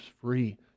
free